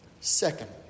Second